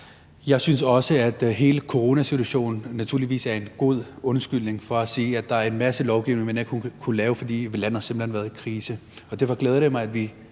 Jeg synes også, at hele coronasituationen naturligvis er en god undskyldning for at sige, at der er en masse lovgivning, man ikke har kunnet lave, fordi landet simpelt hen har været i krise. Derfor glæder det mig, at vi